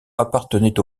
appartenait